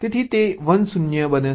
તેથી તે 1 0 બને છે